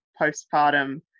postpartum